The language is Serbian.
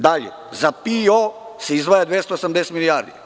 Dalje, za PIO se izdvaja 280 milijardi.